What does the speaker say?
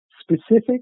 specific